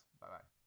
Bye-bye